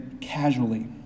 casually